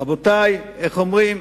רבותי, איך אומרים?